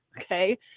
Okay